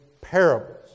parables